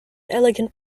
elegant